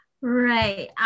right